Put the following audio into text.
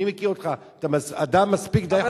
אני מכיר אותך, אתה אדם מספיק, די חכם.